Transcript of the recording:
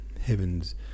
heaven's